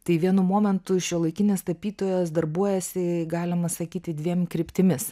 tai vienu momentu šiuolaikinės tapytojos darbuojasi galima sakyti dviem kryptimis